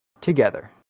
together